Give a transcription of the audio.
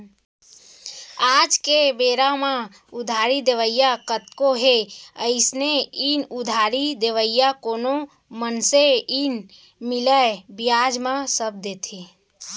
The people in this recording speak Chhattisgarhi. आज के बेरा म उधारी देवइया कतको हे अइसे नइ उधारी देवइया कोनो मनसे नइ मिलय बियाज म सब देथे